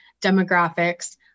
demographics